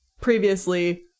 previously